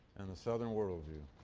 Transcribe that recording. an the southern worldview.